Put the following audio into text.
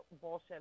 bullshit